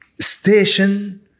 station